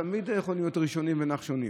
אנחנו תמיד יכולים להיות ראשונים ונחשונים.